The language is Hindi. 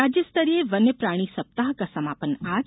राज्य स्तरीय वन्यप्राणी सप्ताह का समापन आज